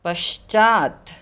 पश्चात्